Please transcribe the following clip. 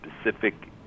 specific